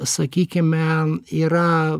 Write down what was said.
sakykime yra